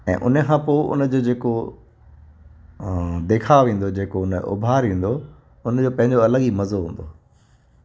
ऐं उन खां पोइ उन जो जेको ॾेखाव ईंदो जेको उन जो उभार ईंदो उन जो पंहिंजो अलॻि ई मज़ो हूंदो